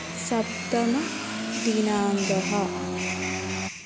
सप्तमदिनाङ्कः